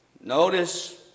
Notice